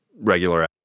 regular